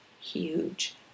huge